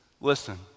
listen